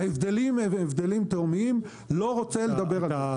ההבדלים תהומיים, ואני לא רוצה לדבר עליהם.